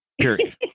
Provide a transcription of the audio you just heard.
Period